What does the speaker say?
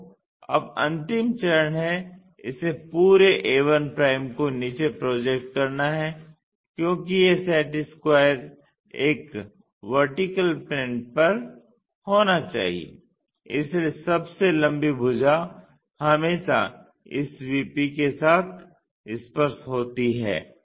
तो अब अंतिम चरण है इस पूरे a1 को नीचे प्रोजेक्ट करना क्योंकि यह सेट स्क्वायर एक VP पर होना चाहिए इसलिए सबसे लंबी भुजा हमेशा इस VP के साथ स्पर्श होती है